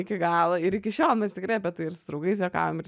iki galo ir iki šiol mes tikrai apie tai ir su draugais juokaujam ir